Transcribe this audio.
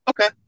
Okay